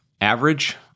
average